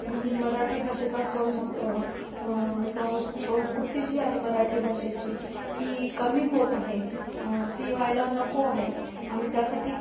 ही मराठी भाषेचा संस्क संस् संस्कृती जी आहे मराठी भाषेची ही कमी होत आहे ती व्हायला नको आहे आणि त्यासाठी